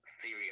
theory